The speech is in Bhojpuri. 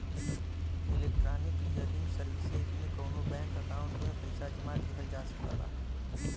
इलेक्ट्रॉनिक क्लियरिंग सर्विसेज में कउनो बैंक अकाउंट में पइसा जमा किहल जा सकला